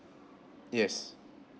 yes